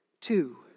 Two